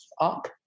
up